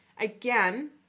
again